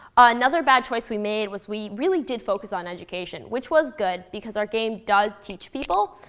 another bad choice we made was we really did focus on education, which was good, because our game does teach people.